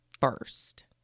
first